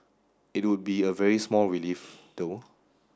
it would be a very small relief though